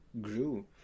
grew